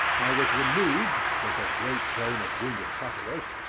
i was removed, with a great train of wounded sufferers,